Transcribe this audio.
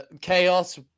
Chaos